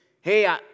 hey